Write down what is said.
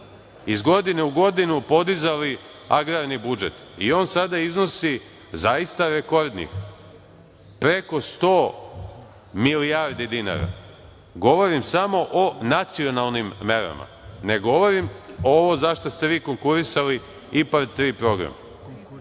iz godine u godinu podizali agrarni budžet i on sada iznosi zaista rekordnih preko 100 milijardi dinara. Govorim samo o nacionalnim merama. Ne govorim o ovome za šta ste vi konkurisali, IPARD III program.